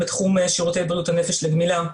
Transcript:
בתחום שירותי בריאות הנפש לגמילה,